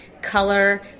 color